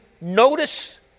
notice